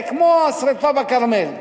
זה כמו השרפה בכרמל.